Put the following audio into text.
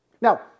Now